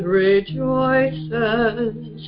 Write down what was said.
rejoices